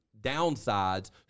downsides